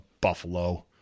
buffalo